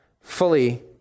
fully